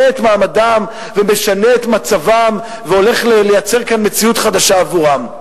את מעמדם ומשנה את מצבם והולך לייצר כאן מציאות חדשה עבורם.